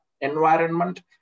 environment